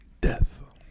Death